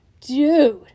dude